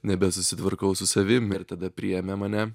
nebesusitvarkau su savim ir tada priėmė mane